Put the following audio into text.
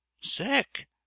Sick